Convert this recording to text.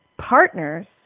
partners